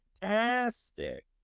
fantastic